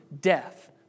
death